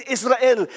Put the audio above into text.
Israel